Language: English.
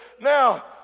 Now